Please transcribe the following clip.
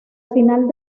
final